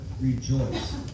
rejoice